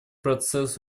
процесс